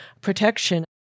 protection